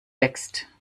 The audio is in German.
wächst